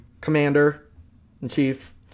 commander-in-chief